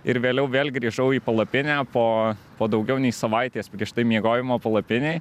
ir vėliau vėl grįžau į palapinę po po daugiau nei savaitės prieš tai miegojimo palapinėj